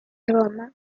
roma